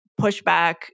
pushback